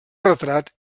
retrat